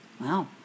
Wow